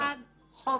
1 חופש,